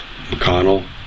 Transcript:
McConnell